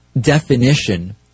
definition